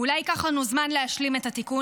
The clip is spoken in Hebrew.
אולי ייקח לנו זמן להשלים את התיקון,